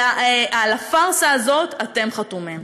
על הפארסה הזאת אתם חתומים.